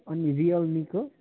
अनि रियलमीको